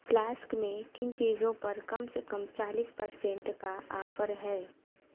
flask میں کن چیزوں پر کم سے کم چالیس پر سینٹ کا آفر ہے